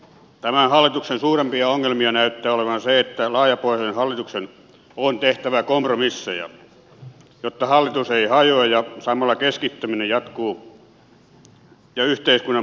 tämän hallituksen suurimpia ongelmia näyttää olevan se että laajapohjaisen hallituksen on tehtävä kompromisseja jotta hallitus ei hajoa ja samalla keskittäminen jatkuu ja yhteiskunnan monimuotoisuus häviää